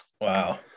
Wow